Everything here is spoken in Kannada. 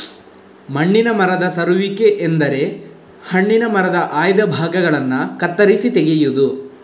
ಹಣ್ಣಿನ ಮರದ ಸರುವಿಕೆ ಎಂದರೆ ಹಣ್ಣಿನ ಮರದ ಆಯ್ದ ಭಾಗಗಳನ್ನ ಕತ್ತರಿಸಿ ತೆಗೆಯುದು